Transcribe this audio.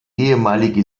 ehemalige